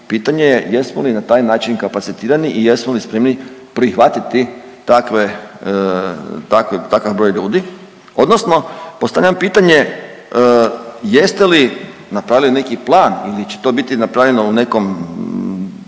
Pitanje je jesmo li na taj način kapacitirani i jesmo li spremni prihvatiti takav broj ljudi. Odnosno postavljam pitanje jeste li napravili neki plan ili će to biti napravljeno u nekom